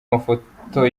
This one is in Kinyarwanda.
mafoto